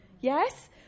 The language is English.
Yes